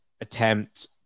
attempt